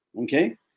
Okay